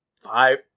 five